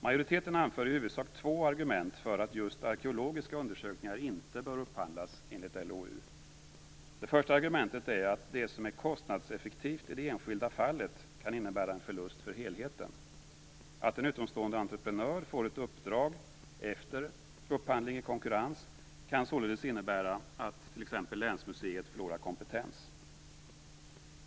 Majoriteten anför i huvudsak två argument för att just arkeologiska undersökningar inte bör upphandlas enligt LOU. Det första argumentet är att det som är kostnadseffektivt i det enskilda fallet kan innebära en förlust för helheten. Att en utomstående entreprenör får ett uppdrag efter upphandling i konkurrens kan således innebära att t.ex. länsmuseet förlorar kompetens.